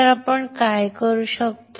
तर आपण काय करू शकतो